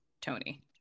Tony